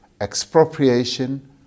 expropriation